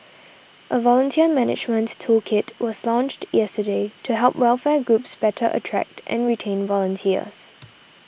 a volunteer management toolkit was launched yesterday to help welfare groups better attract and retain volunteers